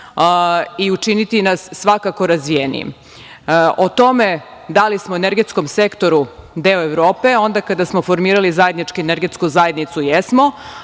i učiniti nas svakako razvijenijim.O tome da li smo energetskom sektoru deo Evrope onda kada smo formirali zajednički energetsku zajednicu, jesmo,